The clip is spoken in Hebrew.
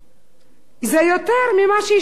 זה יותר ממה שאשתו מרוויחה,